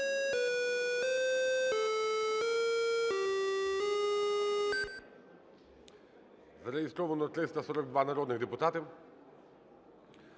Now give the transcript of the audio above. Зареєстровано 342 народних депутати.